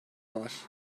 var